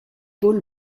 paul